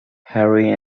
harry